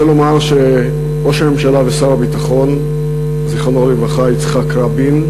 אני רוצה לומר שראש הממשלה ושר הביטחון יצחק רבין,